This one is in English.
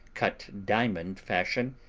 cut diamond fashion,